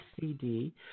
CD